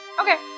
Okay